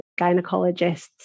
Gynecologists